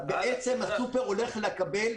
בעצם הסופרמרקט הולך לקבל יתרון.